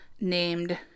named